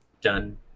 done